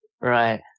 Right